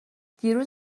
دیروز